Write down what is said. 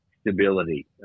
stability